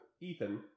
Ethan